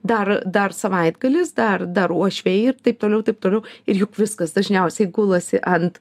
dar dar savaitgalis dar dar uošviai ir taip toliau taip toliau ir juk viskas dažniausiai gulasi ant